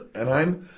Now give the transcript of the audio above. and i'm